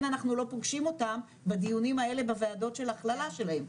אנחנו לא פוגשים אותם בדיונים האלה בוועדות של הכללה שלהם,